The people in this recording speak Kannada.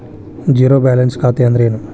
ಝೇರೋ ಬ್ಯಾಲೆನ್ಸ್ ಖಾತೆ ಅಂದ್ರೆ ಏನು?